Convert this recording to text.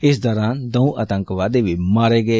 इस दौरान दौं आतंकवादी बी मारे गे